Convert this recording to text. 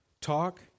Talk